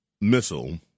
missile